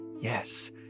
Yes